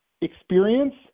experience